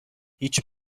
هیچ